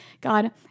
God